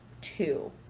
two